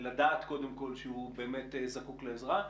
לדעת קודם כול שהוא זקוק לעזרה.